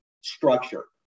structure